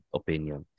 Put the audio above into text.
opinion